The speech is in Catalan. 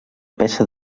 peça